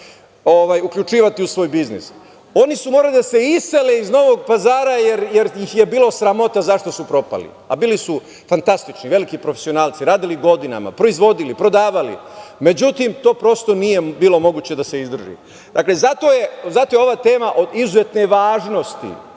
uključivati u svoj biznis, već su morali da se isele iz Novog Pazara jer ih je bilo sramota zašto su propali, a bili su fantastični, veliki profesionalci, radili godinama, proizvodili, prodavali. Međutim, to prosto nije bilo moguće da se izdrži. Dakle, zato je ova tema od izuzetne važnosti.